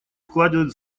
вкладывает